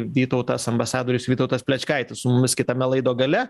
vytautas ambasadorius vytautas plečkaitis su mumis kitame laido gale